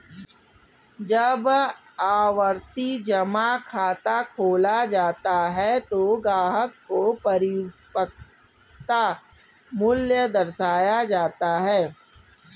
जब आवर्ती जमा खाता खोला जाता है तो ग्राहक को परिपक्वता मूल्य दर्शाया जाता है